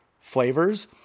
flavors